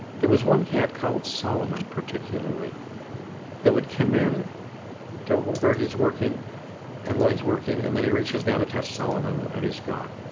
there was one cat called solomon particularly that would come in to where he's working and lloyd is working and then he reaches down to touch solomon and he's gone.